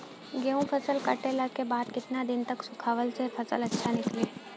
गेंहू फसल कटला के बाद केतना दिन तक सुखावला से फसल अच्छा निकली?